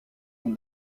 ont